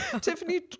Tiffany